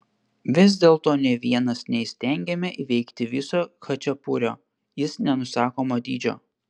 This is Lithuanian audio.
vis dėlto nė vienas neįstengiame įveikti viso chačapurio jis nenusakomo dydžio